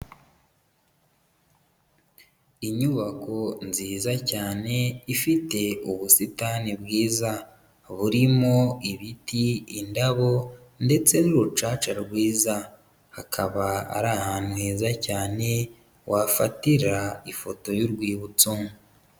Inyubako nziza cyane ifite ubusitani bwiza burimo ibiti, indabo ndetse n'urucaca rwiza, hakaba ari ahantu heza cyane wafatira ifoto y'urwibutso.